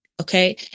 Okay